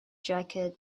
jacket